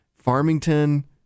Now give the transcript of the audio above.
Farmington